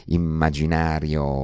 immaginario